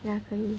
ya 可以